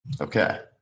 Okay